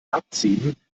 abziehen